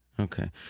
Okay